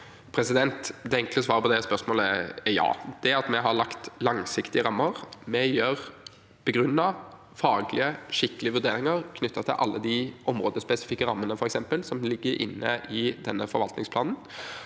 Det enkle svaret på det spørsmålet er ja. Det at vi har lagt langsiktige rammer og gjør begrunnede, faglige og skikkelige vurderinger knyttet til f.eks. alle de områdespesifikke rammene som ligger inne i denne forvaltningsplanen,